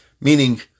Meaning